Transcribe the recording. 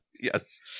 Yes